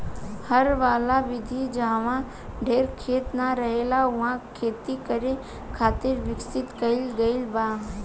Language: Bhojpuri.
हर वाला विधि जाहवा ढेर खेत ना रहेला उहा खेती करे खातिर विकसित कईल गईल बा